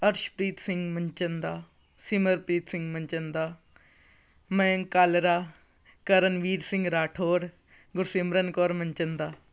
Arshpreet Singh Manchanda Simarpreet Singh Manchanda Mayank Kalra Karanveer Singh Rathore Gursimran Kaur Manchanda